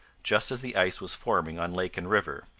just as the ice was forming on lake and river.